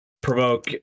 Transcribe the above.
provoke